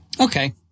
Okay